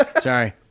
Sorry